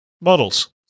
Models